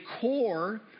core